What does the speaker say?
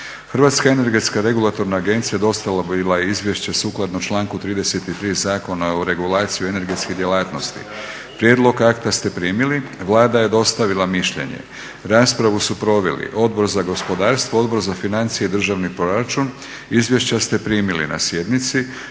Hrvatska energetska regulatorna agencija dostavila je izvješće sukladno članku 33. Zakona o regulaciji energetskih djelatnosti. Prijedlog akta ste primili. Vlada je dostavila mišljenje. Raspravu su proveli Odbora za gospodarstvo, Odbor za financije i državni proračun. Izvješća ste primili na sjednici.